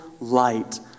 light